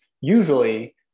Usually